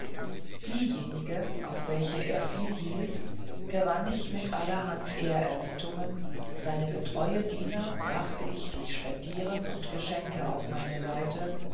diejenige auf welche er viel hielt gewann ich mit allerhand ehrerbietungen seine getreue diener brachte ich durch spendieren und geschenke auf meine seite